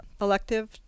elective